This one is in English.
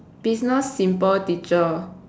business simple teacher